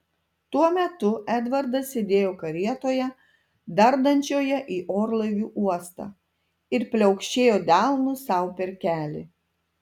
tuo metu edvardas sėdėjo karietoje dardančioje į orlaivių uostą ir pliaukšėjo delnu sau per kelį